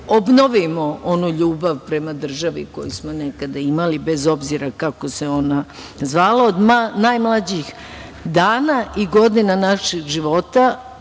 obnovimo onu ljubav prema državi koju smo nekada imali, bez obzira kako se ona zvala. Od najmlađih dana i godina našeg života